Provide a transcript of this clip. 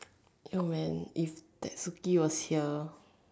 yo man if that hook key was here